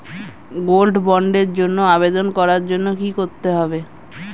Gold বন্ডের জন্য আবেদন করার জন্য কি করতে হবে?